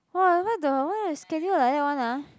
!wah! why the why the schedule like that one ah